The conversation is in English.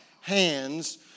hands